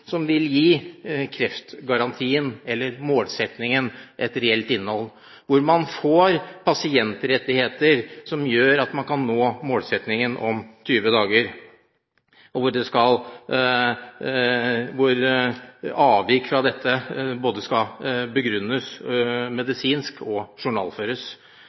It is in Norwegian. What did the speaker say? som vil gi kreftgarantien – eller målsettingen – et reelt innhold, hvor man får pasientrettigheter som gjør at man kan nå målsettingen om 20 dager, og hvor avvik fra dette både skal begrunnes medisinsk og skal journalføres.